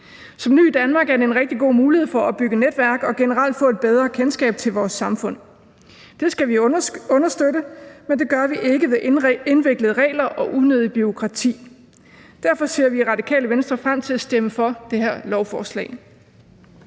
Som ny i Danmark er det en rigtig god mulighed for at opbygge netværk og generelt få et bedre kendskab til vores samfund. Det skal vi understøtte, og det gør vi ikke med indviklede regler og unødigt bureaukrati. Derfor ser vi i Radikale Venstre frem til at stemme for det her lovforslag.